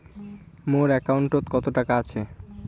মোর একাউন্টত কত টাকা আছে?